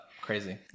crazy